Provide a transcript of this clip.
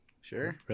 Sure